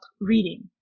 reading